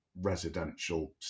residential